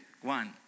one